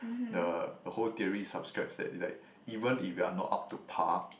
the the whole theory subscribes that like even if you're not up to par